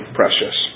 precious